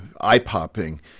eye-popping